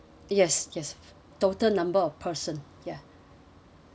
yes yes total number of person ya